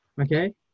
Okay